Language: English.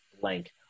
blank